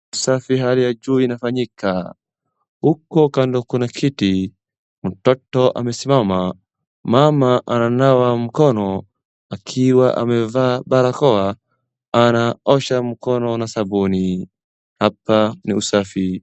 Usafi wa hali ya juu inafanyika. Huko kando kuna kiti, mtoto amesimama. Mama ananawa mkono akiwa amevaa barakoa, anaosha mkono na sabuni. Hapa ni usafi.